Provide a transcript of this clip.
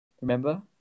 remember